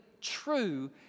true